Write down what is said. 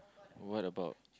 what about